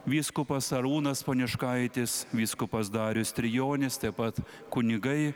vyskupas arūnas poniškaitis vyskupas darius trijonis taip pat kunigai